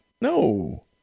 No